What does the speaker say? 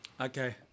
Okay